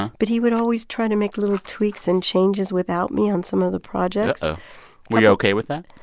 but he would always try to make little tweaks and changes without me on some of the projects uh-oh. were you ok with that?